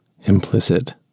implicit